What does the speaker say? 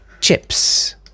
chips